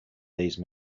these